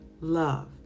love